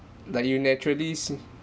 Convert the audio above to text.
like you naturally